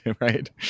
right